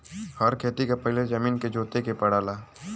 हर खेती के पहिले जमीन के जोते के पड़ला